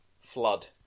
flood